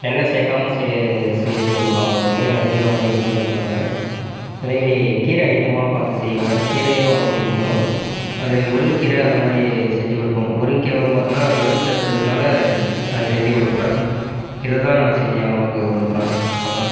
எண்ணெய் சேர்க்காம செஞ்சு கொடுப்பேன் அவங்களுக்கு அதிலயும் ஆரோக்கியமாக இருக்குறதுனால் அதே மாரி கீரை ஐட்டமாக பார்த்து செய்வேன் கீரையும் அவங்களுக்கு பிடிக்கும் அது முருங்கை கீரை அந்த மாதிரி செஞ்சு கொடுப்போம் முருங்கை கீரைனு பார்த்தோம்னா இரும்புச் சத்து இருக்குறதுனால் அது செஞ்சு கொடுப்பன் இதை நான் செஞ்சு அம்மாவுக்கு கொடுப்பன் அதுதான்